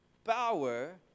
power